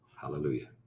Hallelujah